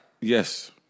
Yes